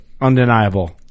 Undeniable